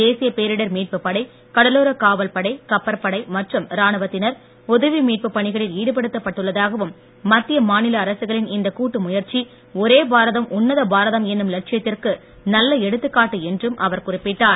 தேசிய பேரிடர் மீட்புப் படை கடலோரக் காவல்படை கப்பற்படை மற்றும் ராணுவத்தினர் உதவி மீட்புப் பணிகளில் ஈடுபடுத்தப் பட்டுள்ளதாகவும் மத்திய மாநில அரசுகளின் இந்த கூட்டு முயற்சி ஒரே பாரதம் உன்னத பாரதம் என்னும் லட்சியத்திற்கு நல்ல எடுத்துக்காட்டு என்றும் அவர் குறிப்பிட்டார்